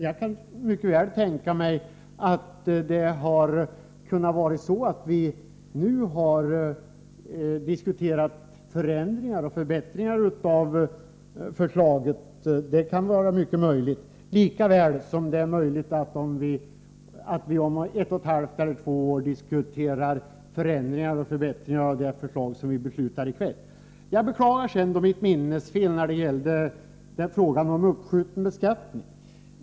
Jag kan mycket väl tänka mig att vi i dag hade kunnat diskutera förändringar och förbättringar av förslaget. Det hade varit möjligt, lika väl som det är möjligt att vi om ett och ett halvt eller två år diskuterar förändringar och förbättringar av det förslag som vi beslutar om i kväll. Jag beklagar sedan mitt minnesfel beträffande frågan om uppskjuten beskattning.